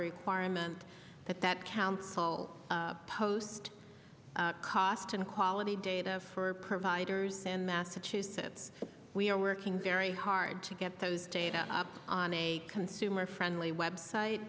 requirement at that council post cost and quality data for providers and massachusetts we are working very hard to get those data up on a consumer friendly website